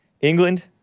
England